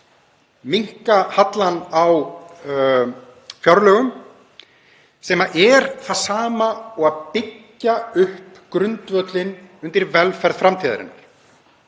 minnka hallann á fjárlögum sem er það sama og að byggja upp grundvöllinn undir velferð framtíðarinnar